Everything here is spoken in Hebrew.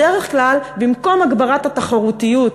בדרך כלל במקום הגברת התחרותיות,